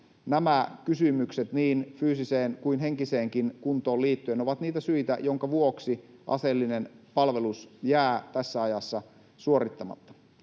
nämä kysymykset niin fyysiseen kuin henkiseenkin kuntoon liittyen ovat niitä syitä, joiden vuoksi aseellinen palvelus jää tässä ajassa suorittamatta.